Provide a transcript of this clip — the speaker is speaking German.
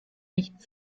nicht